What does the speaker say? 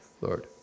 Lord